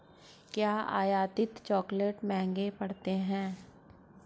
क्या आयातित चॉकलेट महंगे पड़ते हैं?